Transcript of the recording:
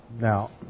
Now